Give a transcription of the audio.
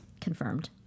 Confirmed